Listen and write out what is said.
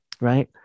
right